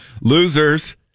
Losers